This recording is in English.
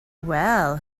well